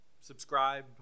subscribe